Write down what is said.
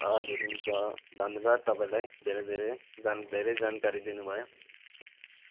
हजुर हुन्छ धन्यवाद तपाईँलाई धेरै धेरै जान धेरै जानकारी दिनुभयो